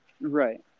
Right